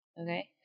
Okay